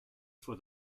for